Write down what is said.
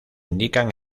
indican